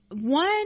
One